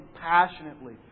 passionately